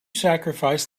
sacrifice